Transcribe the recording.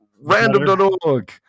random.org